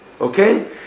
Okay